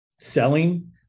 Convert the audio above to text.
selling